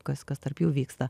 kas kas tarp jų vyksta